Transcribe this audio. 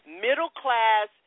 middle-class